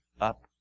up